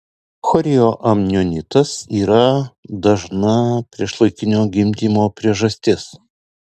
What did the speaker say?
chorioamnionitas yra dažna priešlaikinio gimdymo priežastis